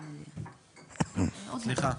סליחה.